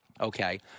Okay